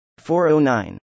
409